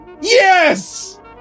Yes